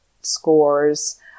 scores